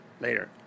Later